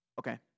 Okay